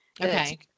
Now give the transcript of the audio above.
Okay